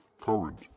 current